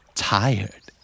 tired